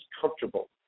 comfortable